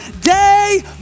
day